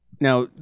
Now